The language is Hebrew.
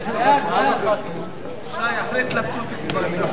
שי חרמש ושלי יחימוביץ ושל קבוצת סיעת קדימה וקבוצת